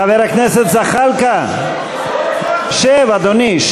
חבר הכנסת זחאלקה, שב, אדוני.